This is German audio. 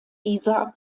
isar